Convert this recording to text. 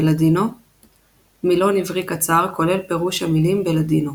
בלאדינו מילון עברי קצר – כולל פירוש המילים בלאדינו